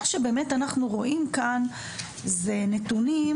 מה שאנחנו רואים כאן זה נתונים